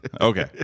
Okay